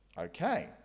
Okay